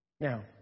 Now